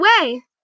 away